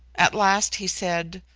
at last he said,